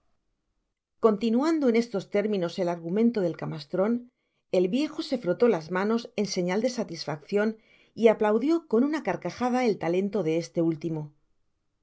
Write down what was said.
continuando en estos términos el argumento del camastrón el viejo se frotó las manos en señal de satisfaccion y aplaudió con una carcajada el talento de este último